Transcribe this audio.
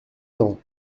temps